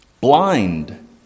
Blind